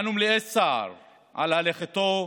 אנו מלאי צער על לכתו.